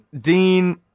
Dean